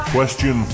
Question